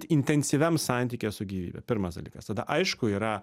intensyviam santykyje su gyvybe pirmas dalykas tada aišku yra